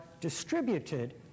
distributed